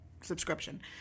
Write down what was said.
subscription